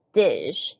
dish